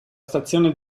stazione